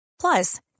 Plus